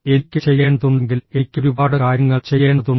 എനിക്ക് ചെയ്യേണ്ടതുണ്ടെങ്കിൽ എനിക്ക് ഒരുപാട് കാര്യങ്ങൾ ചെയ്യേണ്ടതുണ്ട്